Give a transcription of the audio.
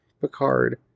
Picard